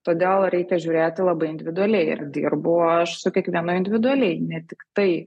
todėl reikia žiūrėti labai individualiai ir dirbu aš su kiekvienu individualiai ne tik tai